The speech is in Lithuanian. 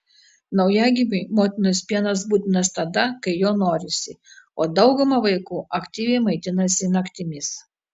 naujagimiui motinos pienas būtinas tada kai jo norisi o dauguma vaikų aktyviai maitinasi naktimis